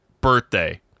birthday